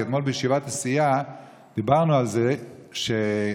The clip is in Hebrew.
כי אתמול בישיבת הסיעה דיברנו על זה שוועדת